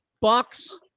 Bucks